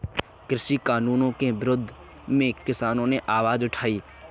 कृषि कानूनों के विरोध में किसानों ने आवाज उठाई